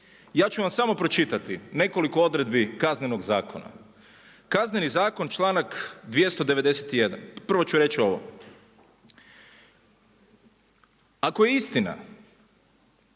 Ja ću vam samo pročitati nekoliko odredbi kaznenog zakona. Kazneni zakon, članak 291. prvo ču reći ovo, ako je istina